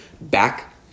back